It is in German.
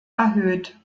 erhöht